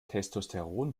testosteron